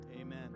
amen